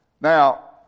Now